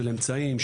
של אמצעים,